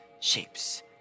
shapes